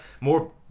more